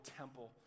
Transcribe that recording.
temple